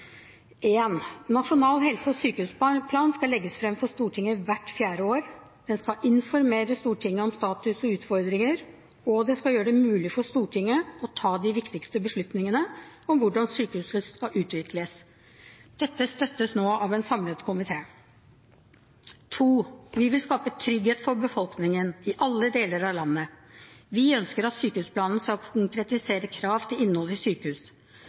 Nasjonal helse- og sykehusplan skal legges fram for Stortinget hvert fjerde år. Den skal informere Stortinget om status og utfordringer og gjøre det mulig for Stortinget å ta de viktigste beslutningene om hvordan sykehusene skal utvikles. Dette støttes nå av en samlet komité. Vi vil skape trygghet for befolkningen i alle deler av landet. Vi ønsker at sykehusplanen skal konkretisere krav til innhold i sykehus.